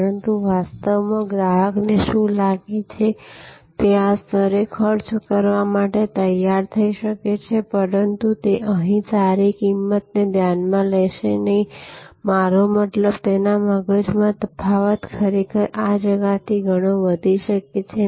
પરંતુ વાસ્તવમાં ગ્રાહકને શું લાગે છે તે આ સ્તરે ખર્ચ કરવા માટે તૈયાર થઈ શકે છે પરંતુ તે અહીં સારી કિંમતને ધ્યાનમાં લેશે નહીં મારો મતલબ તેના મગજમાં તફાવત ખરેખર આ જગાથી ઘણો વધી શકે છે